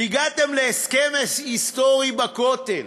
הגעתם להסכם היסטורי בכותל